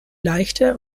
leichter